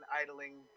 idling